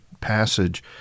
passage